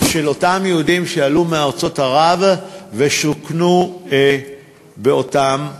של אותם יהודים שעלו מארצות ערב ושוכנו באותם מקומות.